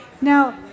Now